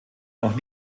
noch